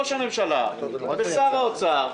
ראש הממשלה ושר האוצר,